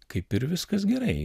kaip ir viskas gerai